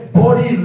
body